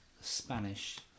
Spanish